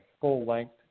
full-length